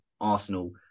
Arsenal